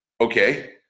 okay